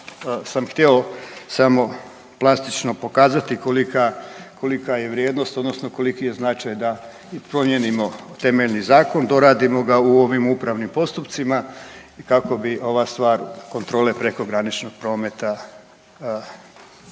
sam htio samo plastično pokazati kolika je vrijednost, odnosno koliki je značaj da promijenimo temeljni zakon, doradimo ga u ovim upravnim postupcima kako bi ova stvar kontrole prekograničnog prometa vrstama